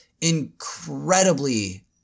incredibly